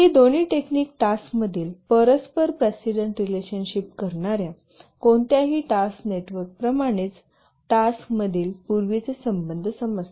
ही दोन्ही टेक्निक टास्कमधील परस्पर प्रेसिडेंट रिलेशनशिप करणार्या कोणत्याही टास्क नेटवर्कप्रमाणेच टास्कतील पूर्वीचे संबंध समजतात